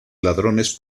ladrones